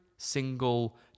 single